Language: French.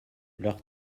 leurs